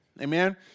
Amen